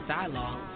Dialogue